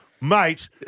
Mate